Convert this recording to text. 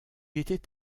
était